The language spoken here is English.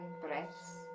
breaths